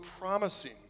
promising